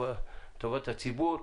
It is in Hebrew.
לטובת הציבור.